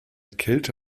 kälte